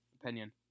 opinion